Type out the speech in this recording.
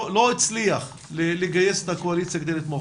לא הצליח לגייס את הקואליציה כדי לתמוך,